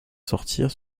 sortirent